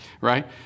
right